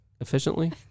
efficiently